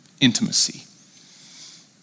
intimacy